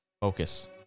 focus